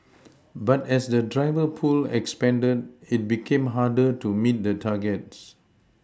but as the driver pool expanded it became harder to meet the targets